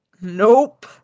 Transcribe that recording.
Nope